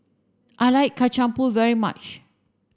I like Kacang Pool very much